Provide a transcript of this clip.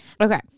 Okay